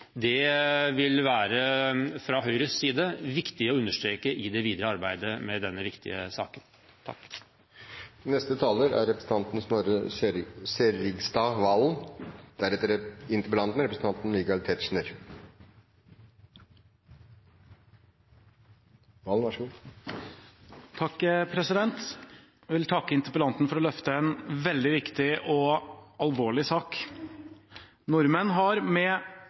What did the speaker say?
vil fra Høyres side være viktig å understreke i det videre arbeidet med denne viktige saken. Jeg vil takke interpellanten for å løfte en veldig viktig og alvorlig sak. Nordmenn har med helt ulik personlig og politisk motivasjon mange ganger i Norges historie reist til utlandet for å